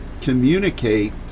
communicate